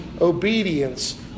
obedience